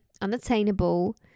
unattainable